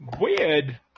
weird